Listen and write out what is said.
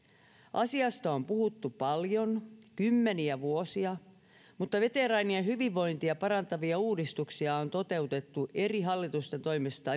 asiasta on puhuttu paljon kymmeniä vuosia mutta veteraanien hyvinvointia parantavia uudistuksia on toteutettu eri hallitusten toimesta